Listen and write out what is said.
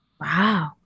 Wow